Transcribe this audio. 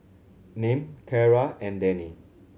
Nim Cara and Denny